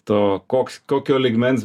to koks kokio lygmens